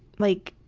like,